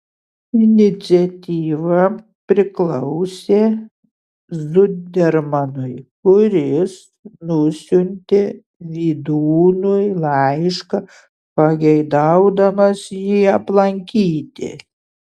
iniciatyva priklausė zudermanui kuris nusiuntė vydūnui laišką pageidaudamas jį aplankyti